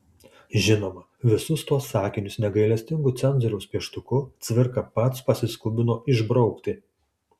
žinoma visus tuos sakinius negailestingu cenzoriaus pieštuku cvirka pats pasiskubino išbraukti